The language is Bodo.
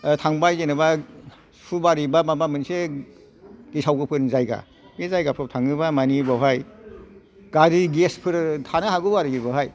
थांबाय जेनबा सुबारि बा माबा मोनसे गेसाव गोफोन जायगा बे जायगाफ्राव थाङोब्ला माने बेयाहाय गारि गेसफोर थानो हागौ आरोखि बावहाय